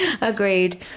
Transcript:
agreed